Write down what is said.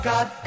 God